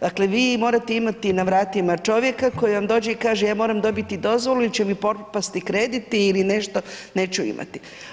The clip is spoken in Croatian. Dakle, vi morate imati na vratima čovjeka koji vam dođe i kaže ja moram dobiti dozvolu jer će mi propasti kredit ili nešto neću imati.